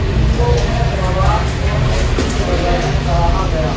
film کو اس کے مواد اور موسیقی کی وجہ سے سراہا گیا